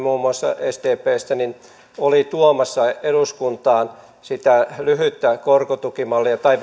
muun muassa asuntoministeri muistaakseni oli sdpstä oli tuomassa eduskuntaan sitä lyhyttä korkotukimallia tai